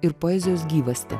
ir poezijos gyvastį